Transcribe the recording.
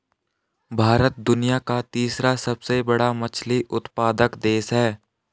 भारत दुनिया का तीसरा सबसे बड़ा मछली उत्पादक देश है